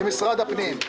זה משרד הפנים.